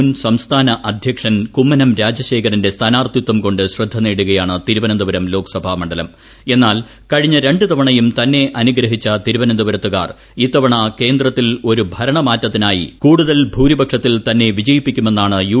മുൻ സംസ്ഥാനൃ അധ്യക്ഷൻ കുമ്മനം രാജശേഖരന്റെ സ്ഥാനാർത്ഥിത്വം കൊണ്ട് ശ്രീദ്ധ് നേടുകയാണ് തിരുവനന്തപുരം ലോക്സഭാ മണ്ഡലം പുഎന്നാൽ കഴിഞ്ഞ രണ്ട് തവണയും തന്നെ അനുഗ്രഹിച്ച തിരുവന്ത്പ്പുരത്തുകാർ ഇത്തവണ കേന്ദ്രത്തിൽ ഒരു ഭരണ മാറ്റത്തിനായി കൂടുതൽ ഭൂരിപക്ഷത്തിൽ തന്നെ വിജയിപ്പിക്കുമെന്നാണ് യു